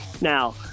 Now